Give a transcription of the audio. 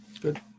Good